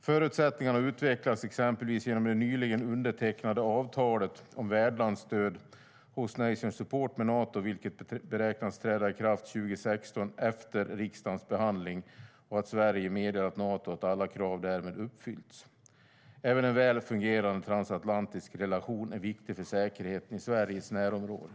Förutsättningarna utvecklas exempelvis genom det nyligen undertecknade avtalet om värdlandsstöd med Nato, vilket beräknas träda i kraft 2016 efter riksdagens behandling och efter att Sverige meddelat Nato att alla krav därmed uppfyllts. Även en väl fungerande transatlantisk relation är viktig för säkerheten i Sveriges närområde.